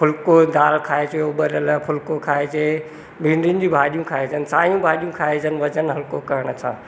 फुलको दालि खाइजे उॿरियल फुलको खाइजे भींडिन जी भाॼियूं खाइजनि सायूं भाॼियूं खाइजनि वज़न हलको करण सां